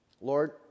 Lord